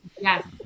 Yes